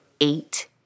eight